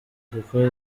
kuko